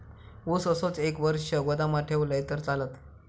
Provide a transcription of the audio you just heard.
ऊस असोच एक वर्ष गोदामात ठेवलंय तर चालात?